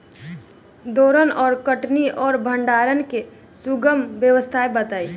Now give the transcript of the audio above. दौनी और कटनी और भंडारण के सुगम व्यवस्था बताई?